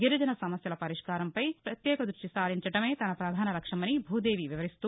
గిరిజన సమస్యల పరిష్కారంపై దృష్టి సారించడమే తన పధాన లక్ష్యమని భూదేవి వివరిస్తూ